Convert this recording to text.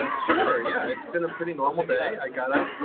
sure, yeah. it's been a pretty normal day. i got up,